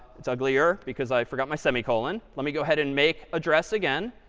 it's uglier because i forgot my semicolon. let me go ahead and make address again,